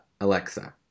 Alexa